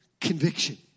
conviction